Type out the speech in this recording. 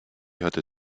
hatte